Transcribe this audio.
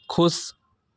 खुश